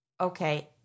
okay